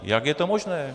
Jak je to možné?